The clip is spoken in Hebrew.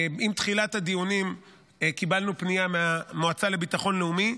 עם תחילת הדיונים קיבלנו פנייה מהמועצה לביטחון לאומי,